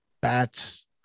Bats